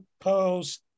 post